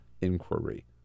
inquiry